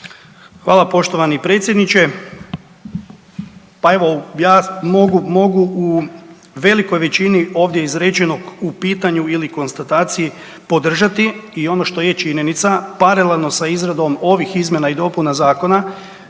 Hvala poštovani predsjedniče. Pa evo, ja mogu, mogu u velikoj većini ovdje izrečenog u pitanju ili konstataciji podržati i ono što je činjenica paralelno sa izradom ovih izmjena i dopuna zakona